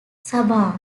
sabah